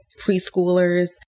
preschoolers